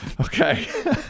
okay